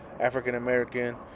African-American